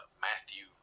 Matthew